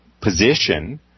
position